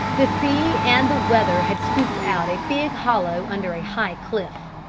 the sea and the weather had scooped out a big hollow under a high cliff,